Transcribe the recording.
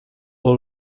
all